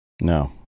no